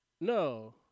No